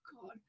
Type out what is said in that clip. God